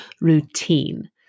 routine